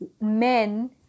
men